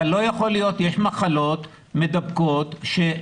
יש מחלות מדבקות וזה